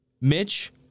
Mitch